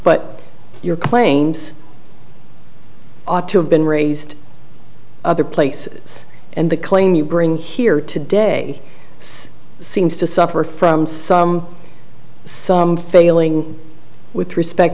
but your claims ought to have been raised other places and the claim you bring here today seems to suffer from some some failing with respect